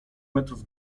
metrów